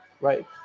right